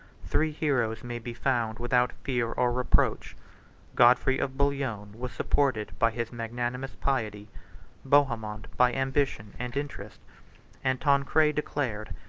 three heroes may be found without fear or reproach godfrey of bouillon was supported by his magnanimous piety bohemond by ambition and interest and tancred declared,